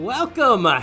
Welcome